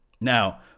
now